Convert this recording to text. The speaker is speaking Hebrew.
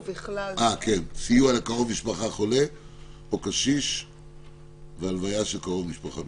ובכלל זה סיוע לקרוב משפחה חולה או קשיש והלוויה של קרוב משפחה,